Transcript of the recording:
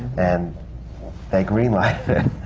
and they green-lighted it!